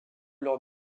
lors